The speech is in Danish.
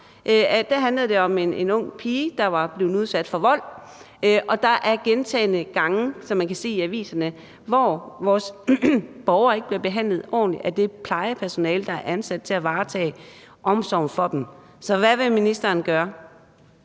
der handlede det om en ung pige, der var blevet udsat for vold, og der er gentagne gange, som man kan se i aviserne, hvor vores borgere ikke bliver behandlet ordentligt af det plejepersonale, der er ansat til at varetage omsorgen for dem. Så hvad vil ministeren gøre?